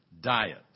diet